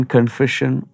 Confession